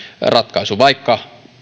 ratkaisuun vaikka